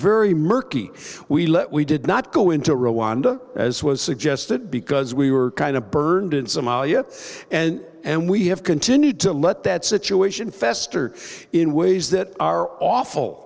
very murky we let we did not go into rwanda as was suggested because we were kind of burned in somalia and and we have continued to let that situation fester in ways that are awful